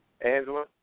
Angela